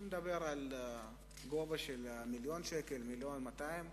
אני מדבר על גובה של 1 מיליון ש"ח, 1.2 מיליון,